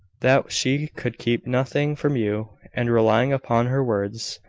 that she could keep nothing from you and, relying upon her words,